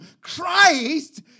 Christ